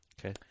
Okay